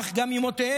אך גם אימותיהם,